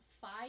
five